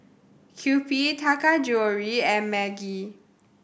Kewpie Taka Jewelry and Maggi